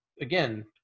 again